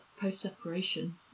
post-separation